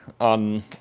on